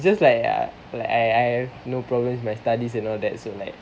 is just like I I have no problems with my studies all that so like